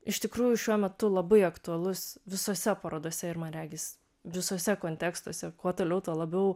iš tikrųjų šiuo metu labai aktualus visose parodose ir man regis visuose kontekstuose kuo toliau tuo labiau